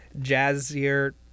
jazzier